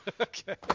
Okay